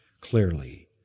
clearly